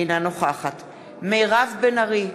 אינה נוכחת מירב בן ארי,